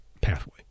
pathway